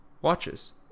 watches